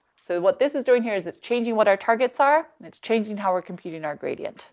so what this is doing here is it's changing what our targets are, and it's changing how we're computing our gradient